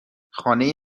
خانه